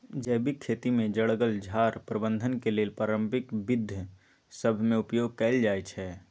जैविक खेती में जङगल झार प्रबंधन के लेल पारंपरिक विद्ध सभ में उपयोग कएल जाइ छइ